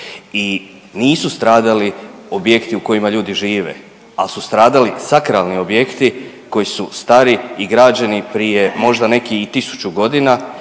I nisu stradali objekti u kojima ljudi žive, ali su stradali sakralni objekti koji su stari i građeni prije možda neki i 1000 godina.